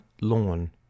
lawn